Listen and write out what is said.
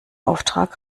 auftrag